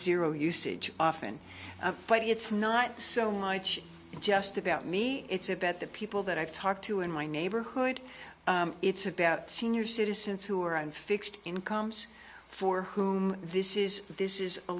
zero usage often but it's not so much just about me it's about the people that i've talked to in my neighborhood it's about senior citizens who are on fixed incomes for whom this is this is a